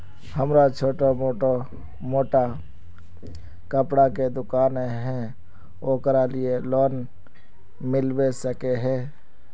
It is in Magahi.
हमरा छोटो मोटा कपड़ा के दुकान है ओकरा लिए लोन मिलबे सके है?